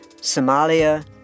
Somalia